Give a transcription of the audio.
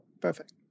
Perfect